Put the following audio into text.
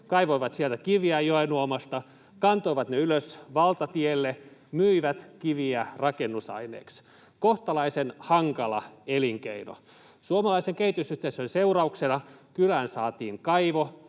kaivoivat kiviä sieltä joenuomasta, kantoivat ne ylös valtatielle, myivät kiviä rakennusaineeksi. Kohtalaisen hankala elinkeino. Suomalaisen kehitysyhteistyön seurauksena kylään saatiin kaivo,